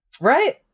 right